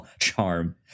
charm